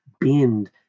bend